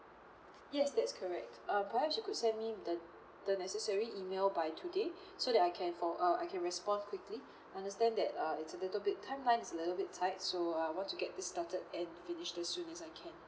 yes that's correct uh perhaps you could send me the the necessary email by today so that I can for uh I can respond quickly understand that uh it's a little bit timeline is a little bit tight so I want to get this started and finish the soon as I can